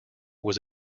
was